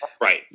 right